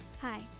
Hi